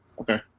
Okay